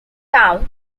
town